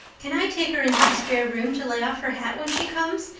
can i take her into the spare room to lay off her hat when she comes?